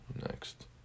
next